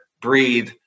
breathe